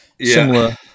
similar